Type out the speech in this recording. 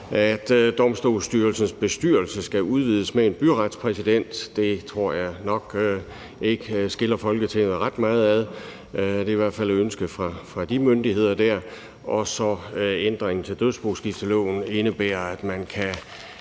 at Domstolsstyrelsens bestyrelse skal udvides med en byretspræsident. Det tror jeg nok ikke skiller Folketinget ret meget ad. Det er i hvert fald et ønske fra de myndigheder der. Og så er der ændringen til dødsboskifteloven, der indebærer, at man kan